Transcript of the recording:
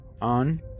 on